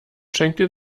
schenkte